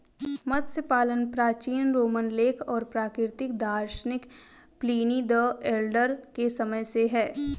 मत्स्य पालन प्राचीन रोमन लेखक और प्राकृतिक दार्शनिक प्लिनी द एल्डर के समय से है